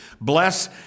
Bless